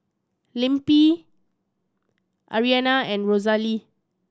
Lempi Ariana and Rosalee